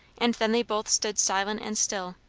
and then they both stood silent and still.